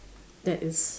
that is